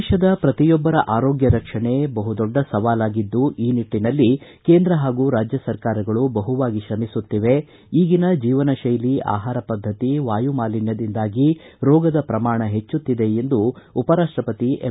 ದೇಶದ ಪ್ರತಿಯೊಬ್ಬರ ಆರೋಗ್ಯ ರಕ್ಷಣೆ ಬಹುದೊಡ್ಡ ಸವಾಲಾಗಿದ್ದು ಈ ನಿಟ್ಟನಲ್ಲಿ ಕೇಂದ್ರ ಹಾಗೂ ರಾಜ್ಯ ಸರ್ಕಾರಗಳು ಬಹುವಾಗಿ ಶ್ರಮಿಸುತ್ತಿವೆ ಈಗಿನ ಜೀವನ ಶೈಲಿ ಆಹಾರ ಪದ್ಧತಿ ವಾಯುಮಾಲಿನ್ಯದಿಂದಾಗಿ ರೋಗದ ಪ್ರಮಾಣ ಹೆಚ್ಚುತ್ತಿದ ಎಂದು ಉಪರಾಷ್ಟಪತಿ ಎಂ